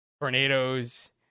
tornadoes